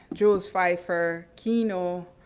jules feiffer, kino